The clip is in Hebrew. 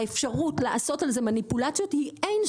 האפשרות לעשות על זה מניפולציות היא אינסופית.